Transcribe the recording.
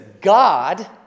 God